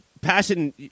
passion